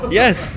yes